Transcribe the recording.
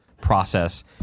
process